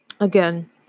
again